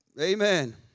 amen